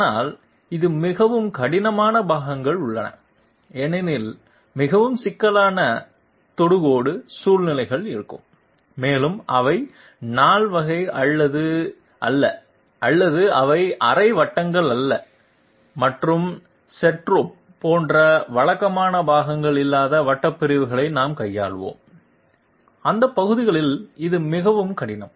ஆனால் இது மிகவும் கடினமான பாகங்கள் உள்ளன ஏனெனில் மிகவும் சிக்கலான தொடுகோடு சூழ்நிலைகள் இருக்கும் மேலும் அவை நால்வகைகள் அல்ல அல்லது அவை அரை வட்டங்கள் அல்ல மற்றும் செட்டெரா போன்ற வழக்கமான பாகங்கள் இல்லாத வட்ட பிரிவுகளை நாம் கையாள்வோம் அந்த பகுதிகளில் இது மிகவும் கடினம்